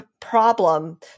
problem